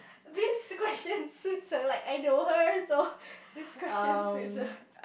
this question suits her like I know her so this question suits her